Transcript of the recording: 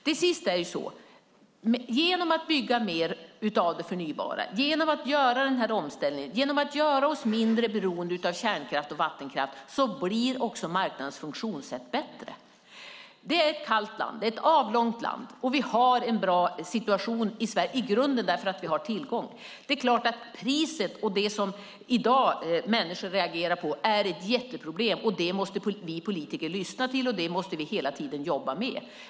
Till sist är det så här: Genom att bygga mer av det förnybara, genom att göra denna omställning och genom att göra oss mindre beroende av kärnkraft och vattenkraft blir också marknadens funktionssätt bättre. Sverige är ett kallt land och ett avlångt land, och vi har en bra situation i grunden därför att vi har tillgångar. Det är klart att priset, det som människor i dag reagerar på, är ett jätteproblem, och det måste vi politiker lyssna till och hela tiden jobba med.